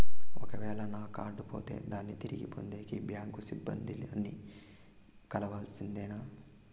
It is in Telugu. ఒక వేల నా కార్డు పోతే దాన్ని తిరిగి పొందేకి, బ్యాంకు సిబ్బంది ని కలవాల్సిందేనా?